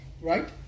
Right